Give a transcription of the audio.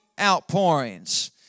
outpourings